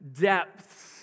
depths